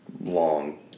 long